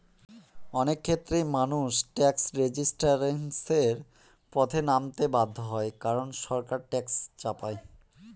অনেক ক্ষেত্রেই মানুষ ট্যাক্স রেজিস্ট্যান্সের পথে নামতে বাধ্য হয় কারন সরকার ট্যাক্স চাপায়